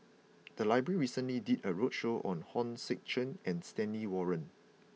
the library recently did a roadshow on Hong Sek Chern and Stanley Warren